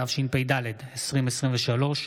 התשפ"ד 2023,